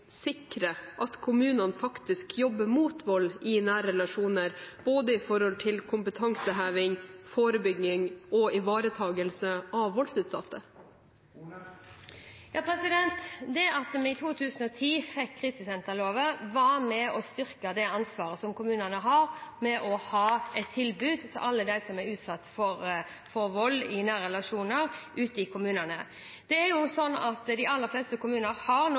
sikre at kommunene faktisk jobber mot vold i nære relasjoner, når det gjelder både kompetanseheving, forebygging og ivaretakelse av voldsutsatte? Det at vi i 2010 fikk krisesenterloven, var med og styrke det ansvaret som kommunene har med å ha et tilbud til alle dem som er utsatt for vold i nære relasjoner, ute i kommunene. De aller fleste kommuner har